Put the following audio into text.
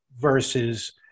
versus